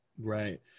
Right